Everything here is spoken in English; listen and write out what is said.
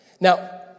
Now